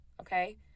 Okay